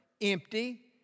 empty